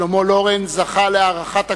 שלמה לורינץ זכה להערכת הכול,